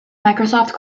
microsoft